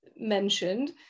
mentioned